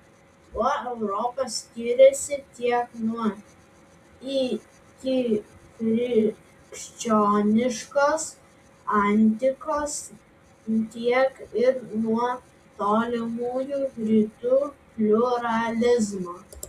tuo europa skiriasi tiek nuo ikikrikščioniškos antikos tiek ir nuo tolimųjų rytų pliuralizmo